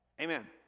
Amen